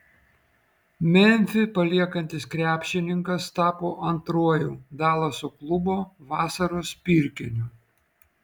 memfį paliekantis krepšininkas tapo antruoju dalaso klubo vasaros pirkiniu